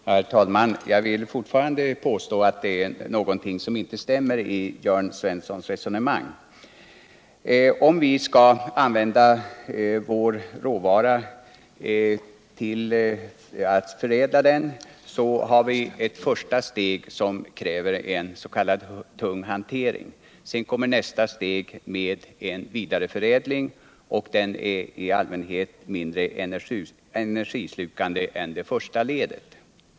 Herr talman! Jag vill fortfarande påsta att det är någonting som inte stämmer i Jörn Svenssons resonemang. Om vi skall förädla vår råvara måste vi tå ett första steg som kräver en s.k. tung hantering. Sedan kommer nästa steg, som är en vidareförädling och som 1 allmänhet är mindre energislukande än det första ledet.